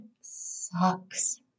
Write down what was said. sucks